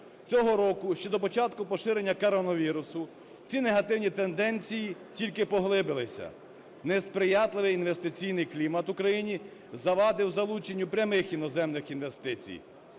Цього року, ще до початку поширення коронавірусу, ці негативні тенденції тільки поглибилися, несприятливий інвестиційний клімат в Україні завадив залученню прямих іноземних інвестицій